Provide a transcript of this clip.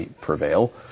prevail